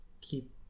keep